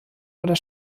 oder